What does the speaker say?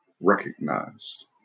recognized